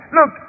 Look